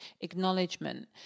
acknowledgement